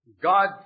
God